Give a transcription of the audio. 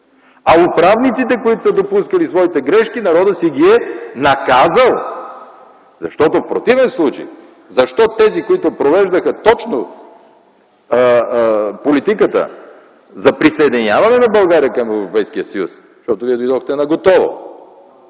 а управниците, които са допускали своите грешки, народът ги е наказал. Защото, в противен случай, защо тези, които именно провеждаха политиката за присъединяване на България към Европейския съюз, защото вие дойдохте наготово,